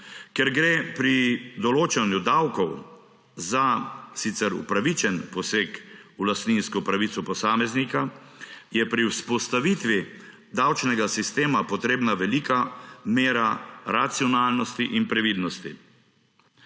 Ker gre pri določanju davkov za sicer upravičen poseg v lastninsko pravico posameznika, je pri vzpostavitvi davčnega sistema potrebna velika mera racionalnosti in previdnosti.